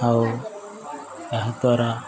ଆଉ ଏହା ଦ୍ୱାରା